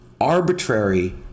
arbitrary